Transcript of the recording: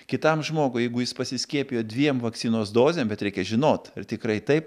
kitam žmogui jeigu jis pasiskiepijo dviem vakcinos dozėm bet reikia žinot ar tikrai taip